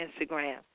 Instagram